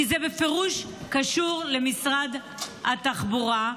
כי זה בפירוש קשור למשרד התחבורה,